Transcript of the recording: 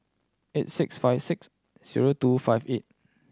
eight six five six zero two five eight